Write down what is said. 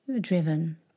driven